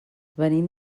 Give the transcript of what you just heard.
venim